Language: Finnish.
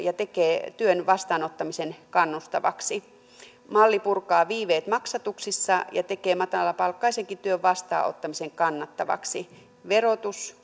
ja tekee työn vastaanottamisen kannustavaksi malli purkaa viiveet maksatuksissa ja tekee matalapalkkaisenkin työn vastaanottamisen kannattavaksi verotus